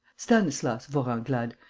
stanislas vorenglade,